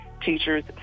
teachers